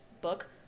book